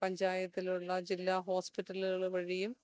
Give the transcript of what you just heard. പഞ്ചായത്തിലുള്ള ജില്ലാ ഹോസ്പിറ്റലുകൾ വഴിയും